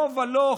לא ולא.